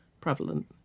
prevalent